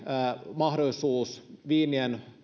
mahdollisuus viinien